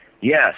Yes